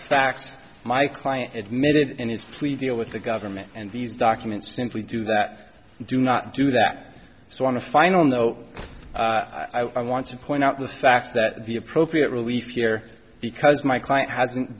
facts my client admitted in his plea deal with the government and these documents simply do that do not do that so want to find on those i want to point out the fact that the appropriate relief here because my client hasn't